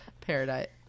Paradise